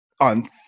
on